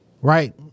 right